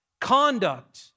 conduct